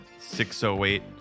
608